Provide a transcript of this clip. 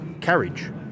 carriage